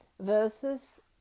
versus